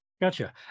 gotcha